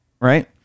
right